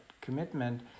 commitment